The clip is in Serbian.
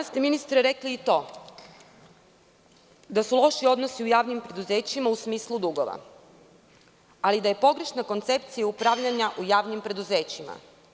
Ministre, danas ste rekli i to da su loši odnosi u javnim preduzećima u smislu dugova, ali da je pogrešna koncepcija upravljanja u javnim preduzećima.